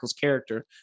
character